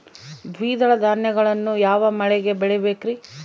ದ್ವಿದಳ ಧಾನ್ಯಗಳನ್ನು ಯಾವ ಮಳೆಗೆ ಬೆಳಿಬೇಕ್ರಿ?